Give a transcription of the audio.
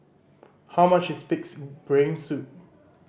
how much is Pig's Brain Soup